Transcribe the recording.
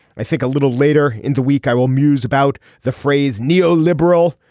i think a little later in the week i will muse about the phrase neo liberal.